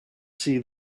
see